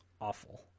awful